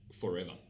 forever